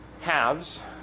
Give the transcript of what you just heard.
halves